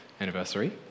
anniversary